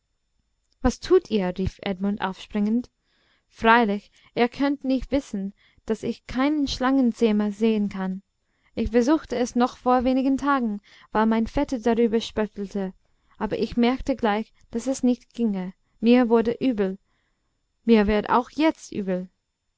was tut ihr rief edmund aufspringend freilich ihr könnt nicht wissen daß ich keinen schlangenzähmer sehen kann ich versuchte es noch vor wenigen tagen weil mein vetter darüber spöttelte aber ich merkte gleich daß es nicht ginge mir wurde übel mir wird auch jetzt übel